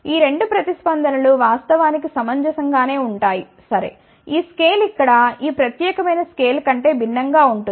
ఈ 2 స్పందనలు వాస్తవానికి సమంజసం గానే ఉంటాయి సరే ఈ స్కేల్ ఇక్కడ ఈ ప్రత్యేకమైన స్కేల్ కంటే భిన్నం గా ఉంటుంది